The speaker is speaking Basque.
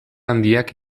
handiak